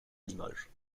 limoges